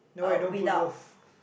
no I don't put both